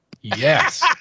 Yes